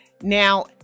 Now